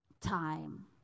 time